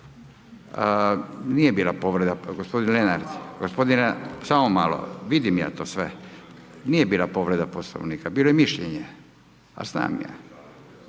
Lenart, gospodin Lenart, samo malo, vidim ja to sve. Nije bila povreda Poslovnika, bilo je mišljenje. Pa znam ja,